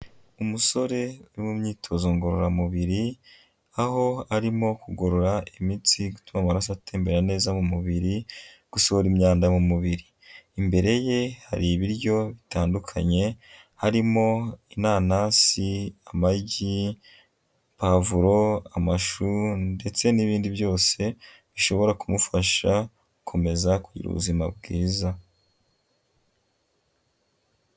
Umusore uri mu myitozo ngororamubiri, aho arimo kugorora imitsi gutuma amaraso atembera neza mu mubiri, gushora imyanda mu mubiri, imbere ye hari ibiryo bitandukanye, harimo inanasi, amagi, pavuro, amashu ndetse n'ibindi byose bishobora kumufasha, gukomeza kugira ubuzima bwiza.